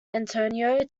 antonio